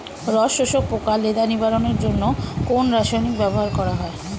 রস শোষক পোকা লেদা নিবারণের জন্য কোন রাসায়নিক ব্যবহার করা হয়?